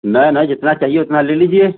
नैन है जितना चाहिए उतना ले लीजिए